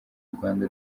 rwanda